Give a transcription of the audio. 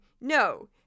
no